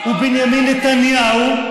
שמנהל מערכת יחסים קרובה,